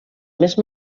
més